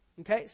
Okay